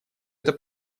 это